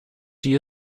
die